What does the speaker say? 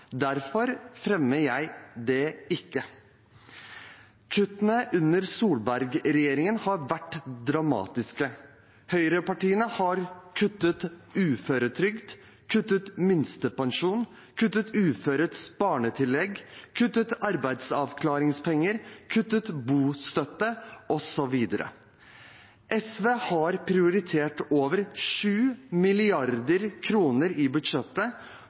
Derfor fremmer jeg det ikke. Kuttene under Solberg-regjeringen har vært dramatiske. Høyrepartiene har kuttet uføretrygd, minstepensjon, uføres barnetillegg, arbeidsavklaringspenger, bostøtte, osv. SV har prioritert over 7 mrd. kr i budsjettet